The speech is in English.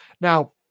Now